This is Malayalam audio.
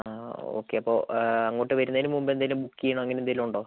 ആ ഓക്കെ അപ്പോൾ അങ്ങോട്ട് വരുന്നതിന് മുൻപെന്തെങ്കിലും ബുക്ക് ചെയ്യണോ അങ്ങനെ എന്തെങ്കിലും ഉണ്ടോ